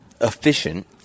efficient